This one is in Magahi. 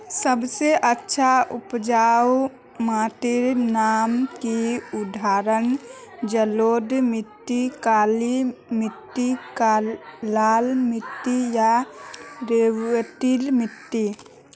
सबसे अच्छा उपजाऊ माटिर नाम की उदाहरण जलोढ़ मिट्टी, काली मिटटी, लाल मिटटी या रेतीला मिट्टी?